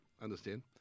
understand